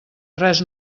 res